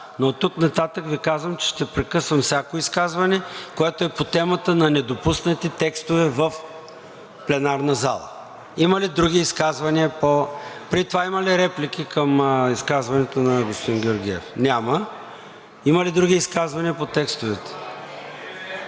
Но оттук нататък Ви казвам, че ще прекъсвам всяко изказване, което е по темата на недопуснати текстове в пленарната залата. Преди това, има ли реплики към изказването на господин Георгиев? Няма. Има ли други изказвания по текстовете?